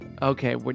Okay